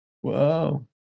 Whoa